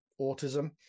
autism